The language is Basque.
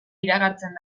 iragartzen